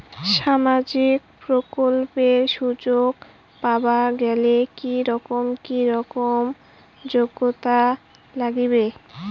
সামাজিক প্রকল্পের সুযোগ পাবার গেলে কি রকম কি রকম যোগ্যতা লাগিবে?